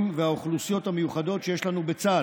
והאוכלוסיות המיוחדות שיש לנו בצה"ל,